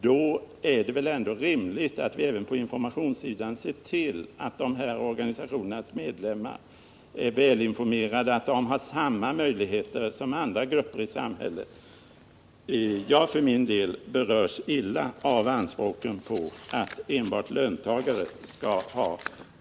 Då är det väl rimligt att vi även på informationssidan ser till att dessa organisationers medlemmar har samma möjligheter som andra grupper i samhället att bli välinformerade. Jag för min del berörs illa av anspråken på att enbart löntagarorganisationerna skall ha de generella bidragen. utskottsmajoriteten föreslår?